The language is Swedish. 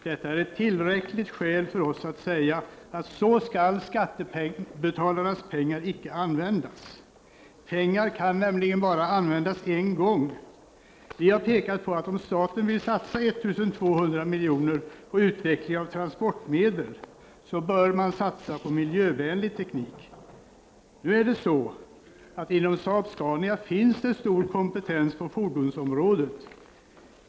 Detta är ett tillräckligt skäl för oss att säga, så skall skattebetalarnas pengar inte användas. Pengar kan bara användas en gång. Vi har pekat på att om staten vill satsa 1 200 milj.kr. på utveckling av transportmedel, så bör man satsa på miljövänlig teknik. Nu är det ju så att det inom Saab-Scania finns en stor kompetens på fordonsområdet.